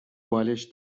بالشت